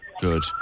Good